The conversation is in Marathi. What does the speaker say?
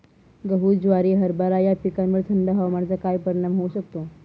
गहू, ज्वारी, हरभरा या पिकांवर थंड हवामानाचा काय परिणाम होऊ शकतो?